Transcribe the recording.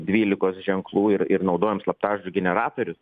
dvylikos ženklų ir ir naudojam slaptažodžių generatorius